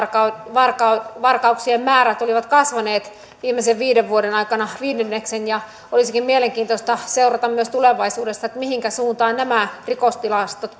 varkauksien varkauksien määrät olivat kasvaneet viimeisten viiden vuoden aikana viidenneksen ja olisikin mielenkiintoista seurata myös tulevaisuudessa mihinkä suuntaan nämä rikostilastot